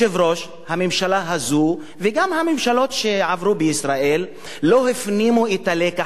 הממשלה הזאת וגם הממשלות שעברו בישראל לא הפנימו את הלקח ההיסטורי,